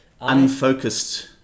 unfocused